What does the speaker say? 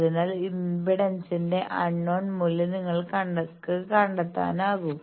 അതിനാൽ ഇംപെഡൻസിന്റെ അൺനോൺ മൂല്യം നിങ്ങൾക്ക് കണ്ടെത്താനാകും